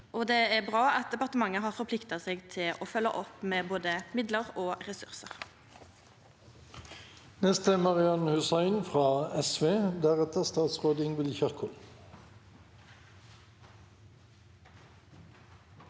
Det er bra at departementet har forplikta seg til å følgja opp med både midlar og ressursar.